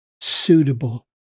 suitable